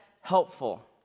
helpful